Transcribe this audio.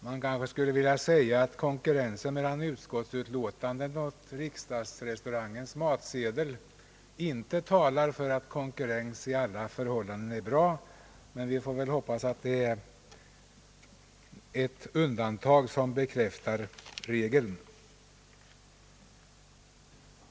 Man kanske skulle vilja säga att konkurrensen mellan utskottets utlåtande och riksdagsrestaurangens matsedel inte talar för att konkurrens är bra under alla förhållanden, men vi får väl hoppas att det är ett undantag som bekräftar regeln.